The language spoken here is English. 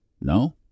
no